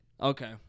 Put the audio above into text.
Okay